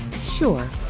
Sure